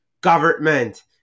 Government